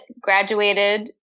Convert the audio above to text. graduated